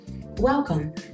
welcome